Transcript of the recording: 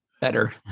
better